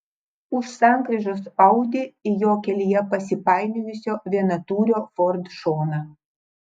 už sankryžos audi į jo kelyje pasipainiojusio vienatūrio ford šoną